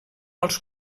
als